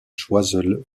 choiseul